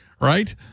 right